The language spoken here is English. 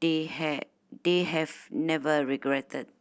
they have they have never regretted